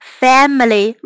family